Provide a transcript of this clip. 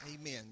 Amen